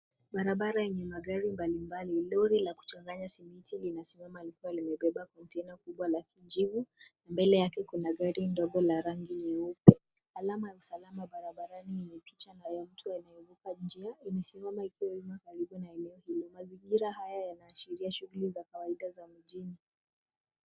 Barabara yenye magari mbali mbali. Lori la kuchanganya simiti linasimama likiwa limebeba kontaina kubwa la kijivu na mbele yake kuna gari ndogo la rangi nyeupe. Alama ya usalama barabarani yenye picha na la mtu anayevuka njia, imesimama ikiwa wima karibu na eneo hilo. Mazingira hayo yanaashiria shughuli za kawaida za mijini.